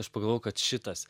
aš pagalvojau kad šitas